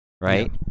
right